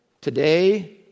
Today